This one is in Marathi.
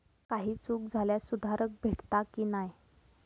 काही चूक झाल्यास सुधारक भेटता की नाय?